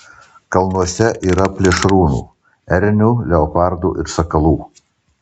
kalnuose yra plėšrūnų ernių leopardų ir sakalų